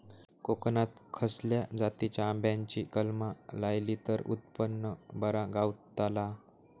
कोकणात खसल्या जातीच्या आंब्याची कलमा लायली तर उत्पन बरा गावताला?